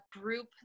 group